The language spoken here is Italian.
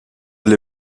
agli